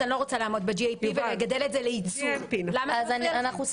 שהיא לא רוצה לעמוד ב-GAP ולגדל את זה לייצוא?: אנחנו סברנו,